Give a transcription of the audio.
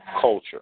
culture